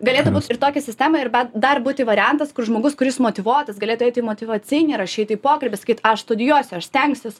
galėtų būt ir tokia sistema ir bet dar būti variantas kur žmogus kuris motyvuotas galėtų eit į motyvacinį rašyt į pokalbį sakyt aš studijuosiu aš stengsiuos